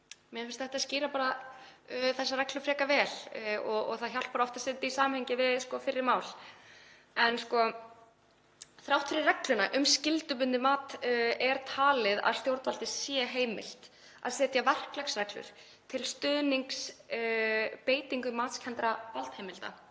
Mér finnst þetta skýra þessar reglur frekar vel og það hjálpar oft að setja þetta í samhengi við fyrri mál. En þrátt fyrir regluna um skyldubundið mat er talið að stjórnvaldi sé heimilt að setja verklagsreglur til stuðnings beitingar matskenndra valdheimilda.